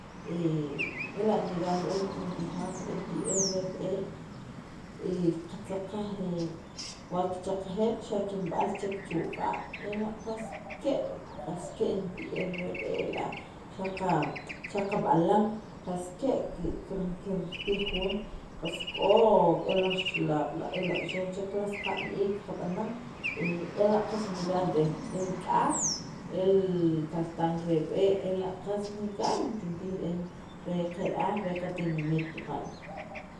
ela' nigan re'en kintijan el ti'ej re b'e' qatzaq qaj saqa'n wa kichaqejek xa' kinb'al chek chu q'a' ela' qas ke' qas ke' li ti'ej reb'e' la' xaq b'alaam kir kirtij jun qas k'ok' e laj rixalaab' la' xu' chek laj iik' qab'anan ela' qas nigan re'en el k'aj y li kaltan reb'e' ela' qsas nigan re ker aj re qatinimit Tujaal